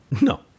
no